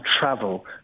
travel